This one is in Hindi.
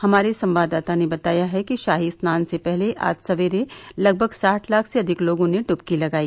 हमारे संवाददाता ने बताया है कि शाही स्नान से पहले आज सवेरे लगभग साठ लाख से अधिक लोगों ने डुबकी लगाई